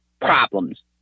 problems